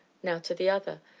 now to the other,